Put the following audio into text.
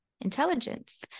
intelligence